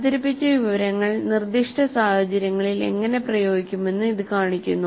അവതരിപ്പിച്ച വിവരങ്ങൾ നിർദ്ദിഷ്ട സാഹചര്യങ്ങളിൽ എങ്ങനെ പ്രയോഗിക്കുമെന്ന് ഇത് കാണിക്കുന്നു